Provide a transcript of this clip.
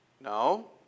No